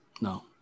no